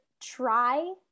try